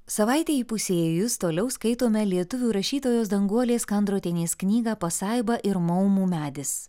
savaitei įpusėjus toliau skaitome lietuvių rašytojos danguolės kandrotienės knygą pasaiba ir maumų medis